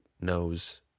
knows